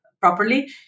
properly